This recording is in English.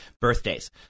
birthdays